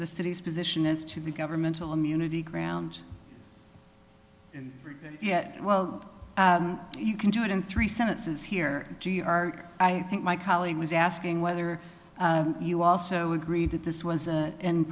the city's position as to the governmental immunity ground and yet well you can do it in three sentences here g r i think my colleague was asking whether you also agree that this was